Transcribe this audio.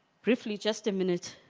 fifty just a minute